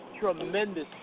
tremendous